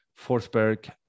Forsberg